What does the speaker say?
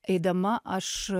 eidama aš